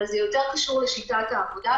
אבל זה יותר קשור לשיטת העבודה,